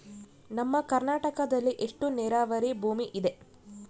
ನಮ್ಮ ಕರ್ನಾಟಕದಲ್ಲಿ ಎಷ್ಟು ನೇರಾವರಿ ಭೂಮಿ ಇದೆ?